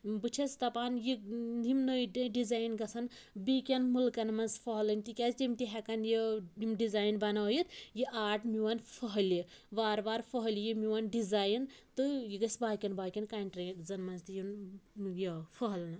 بہٕ چھیٚس دَپان یہِ یِم نٔے نٔے ڈِزاین گژھَن بیٚیہِ کیٚن مُلکَن منٛز پھٔہلٕنۍ تِکیٛازِ تِم تہِ ہیٚکیٚن یہِ یِم ڈِزاین بَنٲیِتھ یہِ آرٹ میٛون پھٔہلہِ وارٕ وارٕ پھٔہلہِ یہِ میٛون ڈِزاین تہٕ یہِ گژھہِ باقین باقین کَنٹرٛیٖزَن منٛز تہِ یُن یہِ پھٔہلنہٕ